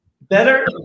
better